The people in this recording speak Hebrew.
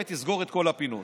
שתסגור את כל הפינות.